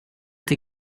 till